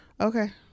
okay